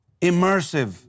immersive